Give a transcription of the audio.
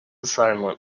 silent